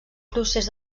procés